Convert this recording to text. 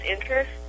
interest